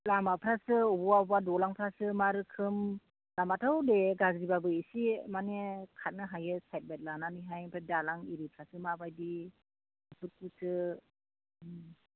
लामाफ्रासो अबेबा अबेबा दालांफ्रासो मा रोखोम लामाथ' दे गाज्रिब्लाबो एसे माने खारनो हायो साइड बाइड लानानैहाय ओमफ्राय दालां इरिफ्रासो माबायदि बेफोरखौसो